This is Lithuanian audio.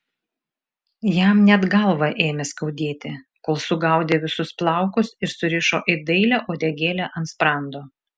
jam net galvą ėmė skaudėti kol sugaudė visus plaukus ir surišo į dailią uodegėlę ant sprando